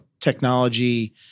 technology